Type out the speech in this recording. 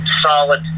solid